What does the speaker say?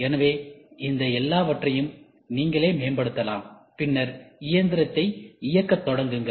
எனவே இந்த எல்லாவற்றையும் நீங்களே மேம்படுத்தலாம் பின்னர் இயந்திரத்தை இயக்க தொடங்குங்கள்